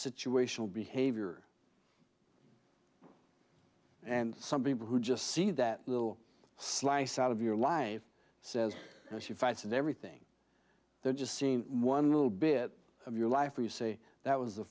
situational behavior and some people who just see that little slice out of your life says she fights everything they're just seeing one little bit of your life or you say that was the